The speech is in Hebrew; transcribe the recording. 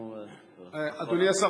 אדוני השר,